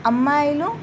అమ్మాయిలు